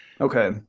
Okay